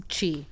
Chi